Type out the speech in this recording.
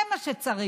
זה מה שצריך,